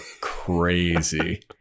crazy